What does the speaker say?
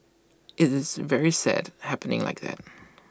IT is very sad happening like that